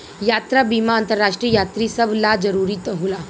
यात्रा बीमा अंतरराष्ट्रीय यात्री सभ ला जरुरी होला